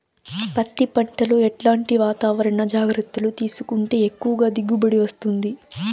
పత్తి పంట లో ఎట్లాంటి వాతావరణ జాగ్రత్తలు తీసుకుంటే ఎక్కువగా దిగుబడి వస్తుంది?